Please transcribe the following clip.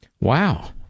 Wow